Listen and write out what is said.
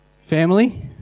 Family